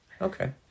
Okay